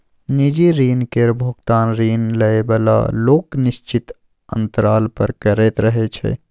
निजी ऋण केर भोगतान ऋण लए बला लोक निश्चित अंतराल पर करैत रहय छै